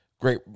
Great